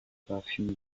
perfume